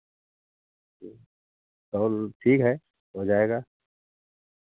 जी और ठीक है हो जाएगा